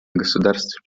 государств